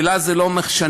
ולה זה לא משנה,